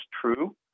true